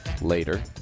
later